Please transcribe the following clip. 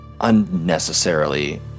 unnecessarily